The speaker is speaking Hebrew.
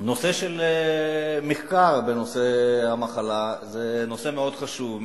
המחקר בנושא המחלה מאוד חשוב.